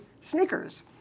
Sneakers